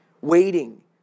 waiting